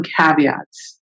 caveats